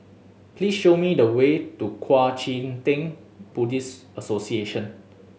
please show me the way to Kuang Chee Tng Buddhist Association